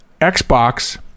Xbox